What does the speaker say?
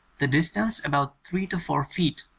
the distance about three to four feet,